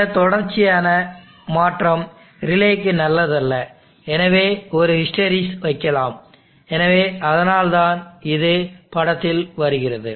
இந்த தொடர்ச்சியான மாற்றம் ரிலேக்கு நல்லதல்ல எனவே ஒரு ஹிஸ்டெறிசிஸ் வைக்கலாம் எனவே அதனால்தான் இது படத்தில் வருகிறது